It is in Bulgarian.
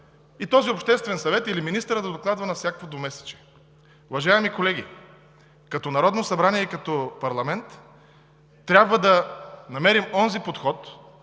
и този обществен съвет или министърът да докладва на всяко двумесечие. Уважаеми колеги, като Народно събрание, като парламент трябва да намерим онзи подход,